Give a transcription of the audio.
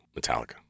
Metallica